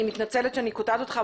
אני מתנצלת שאני קוטעת אותך,